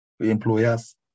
employers